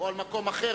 או במקום אחר,